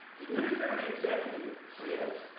the unitary executive says,